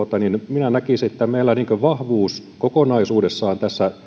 minä näkisin että meillä vahvuus kokonaisuudessaan